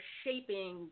shaping